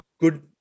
good